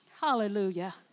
Hallelujah